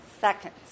seconds